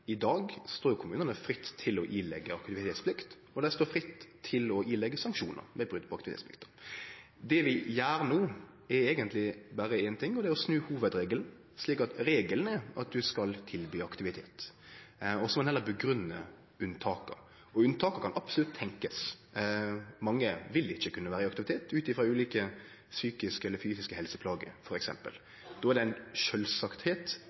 i dag står kommunane fritt til å påleggje aktivitetsplikt, og dei står fritt til å påleggje sanksjonar ved brot på aktivitetsplikta. Det vi gjer no, er eigentleg berre éin ting, og det er å snu hovudregelen, slik at regelen er at ein skal tilby aktivitet og så heller grunngje unntaka, og unntak kan ein absolutt tenkje seg. Mange vil ikkje kunne vere i aktivitet, ut frå ulike psykiske eller fysiske helseplager,